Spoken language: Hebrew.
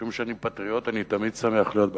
משום שאני פטריוט, ואני תמיד שמח להיות ב-OECD.